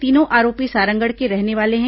तीनो आरोपी सारंगढ के रहने वाले हैं